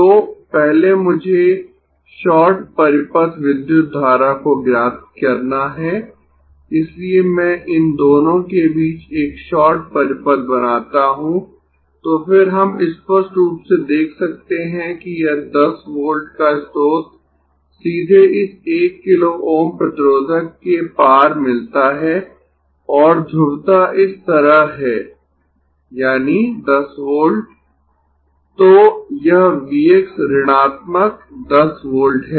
तो पहले मुझे शॉर्ट परिपथ विद्युत धारा को ज्ञात करना है इसलिए मैं इन दोनों के बीच एक शॉर्ट परिपथ बनाता हूं तो फिर हम स्पष्ट रूप से देख सकते है कि यह 10 वोल्ट का स्रोत सीधे इस 1 किलो Ω प्रतिरोधक के पार मिलता है और ध्रुवता इस तरह है यानी 10 वोल्ट तो यह V x ऋणात्मक 10 वोल्ट है